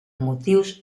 motius